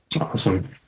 awesome